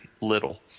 little